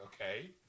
Okay